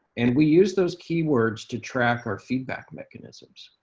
and we use those keywords to track our feedback mechanisms.